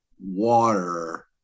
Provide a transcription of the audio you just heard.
water